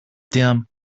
them